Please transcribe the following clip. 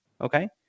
Okay